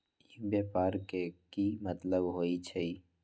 ई व्यापार के की मतलब होई छई?